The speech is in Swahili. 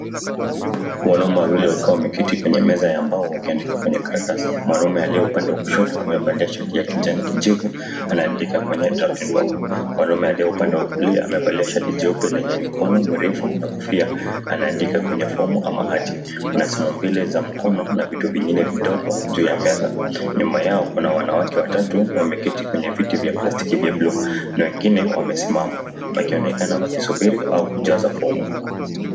Wanaume wawili wakiwa wameketi kwenye meza ya mbao wakiandika kwenye karatasi. Mwanamume aliye upande wa kushoto amevalia shati ya kijani kijivu, anaandika kwenye daftari ndogo. Mwanamume aliye upande wa kulia amevalia shati jeupe lenye mikono mirefu na kofia, anaandika kwenye fomu ama hati. Kuna stempu mbili za mkono na vitu vingine vidogo juu ya meza. Nyuma yao, kuna wanawake watatu wameketi kwenye viti vya plastiki vya bluu na wengine wamesimama, wakionekana wakisubiri au kujaza fomu .